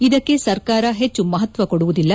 ಇದಕ್ಕೆ ಸರ್ಕಾರ ಹೆಚ್ಚು ಮಹತ್ವ ಕೊಡುವುದಿಲ್ಲ